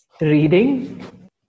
Reading